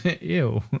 Ew